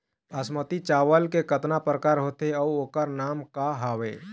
बासमती चावल के कतना प्रकार होथे अउ ओकर नाम क हवे?